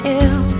ill